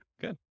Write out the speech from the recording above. good